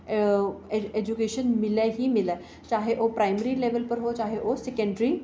education मिले ही मिले चाहे ओह् प्राईमरी लेवल पर होऐ चाहे ओह् सकैंडरी लेवल